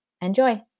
Enjoy